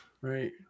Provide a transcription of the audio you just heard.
right